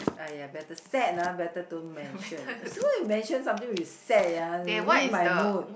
!aiya! better sad ah better don't mention so why you mention something with sad yeah ruin my mood